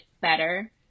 better